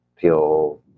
feel